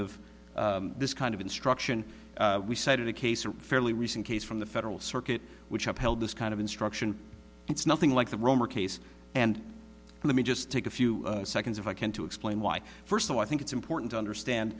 of this kind of instruction we cited a case or a fairly recent case from the federal circuit which have held this kind of instruction it's nothing like the romer case and let me just take a few seconds if i can to explain why first of all i think it's important to understand